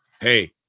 Hey